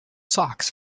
socks